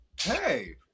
Hey